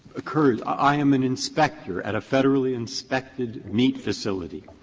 occurs. i am an inspector at a federally inspected meat facility.